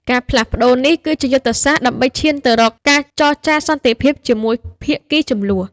ការផ្លាស់ប្តូរនេះគឺជាយុទ្ធសាស្ត្រដើម្បីឈានទៅរកការចរចាសន្តិភាពជាមួយភាគីជម្លោះ។